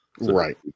Right